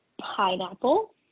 pineapple